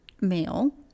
male